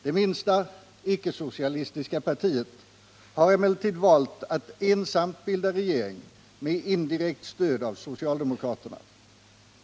Det minsta icke-socialistiska partiet har emellertid valt att ensamt bilda regering med indirekt stöd av socialdemokraterna.